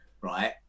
right